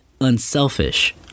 unselfish